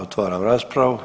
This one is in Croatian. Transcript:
Otvaram raspravu.